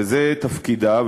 וזה תפקידה,